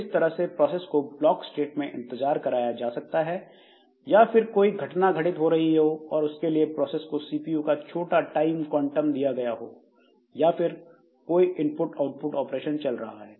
इस तरह से प्रोसेस को ब्लॉक स्टेट मैं इंतजार कराया जा सकता है या फिर कोई घटना घटित हो रही हो और उसके लिए प्रोसेस को सीपीयू का छोटा टाइम क्वांटम दिया गया हो या फिर कोई इनपुट आउटपुट ऑपरेशन चल रहा है